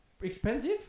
expensive